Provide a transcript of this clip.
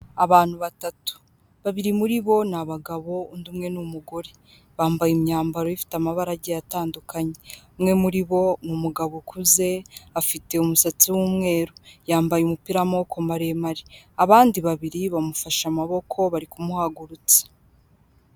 Abantu batatu, babiri muri bo ni abagabo, undi umwe n'umugore, bambaye imyambaro ifite amabara agiye atandukanye, umwe muri bo ni umugabo ukuze afite umusatsi w'umweru yambaye umupira w'amaboko maremare, abandi babiri bamufashe amaboko bari kumuhagurutsa.